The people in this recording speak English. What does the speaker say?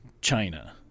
China